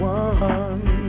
one